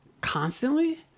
constantly